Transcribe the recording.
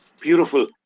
Beautiful